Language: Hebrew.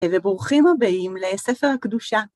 וברוכים הבאים לספר הקדושה.